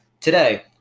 Today